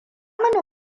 mini